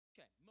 Okay